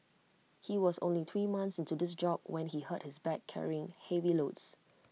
he was only three months into his job when he hurt his back carrying heavy loads